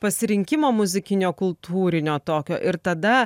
pasirinkimo muzikinio kultūrinio tokio ir tada